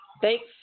thanks